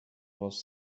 was